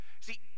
See